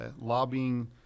lobbying